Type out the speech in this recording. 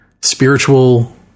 spiritual